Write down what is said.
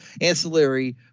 ancillary